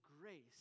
grace